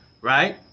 Right